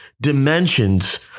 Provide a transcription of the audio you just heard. dimensions